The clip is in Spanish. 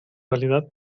realidad